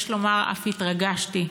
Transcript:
יש לומר אף התרגשתי,